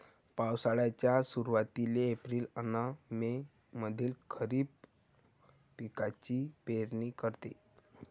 पावसाळ्याच्या सुरुवातीले एप्रिल अन मे मंधी खरीप पिकाची पेरनी करते